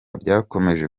byakomeje